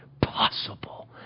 possible